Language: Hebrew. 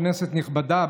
כנסת נכבדה,